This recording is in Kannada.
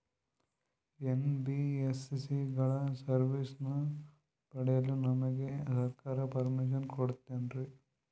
ಎನ್.ಬಿ.ಎಸ್.ಸಿ ಗಳ ಸರ್ವಿಸನ್ನ ಪಡಿಯಲು ನಮಗೆ ಸರ್ಕಾರ ಪರ್ಮಿಷನ್ ಕೊಡ್ತಾತೇನ್ರೀ?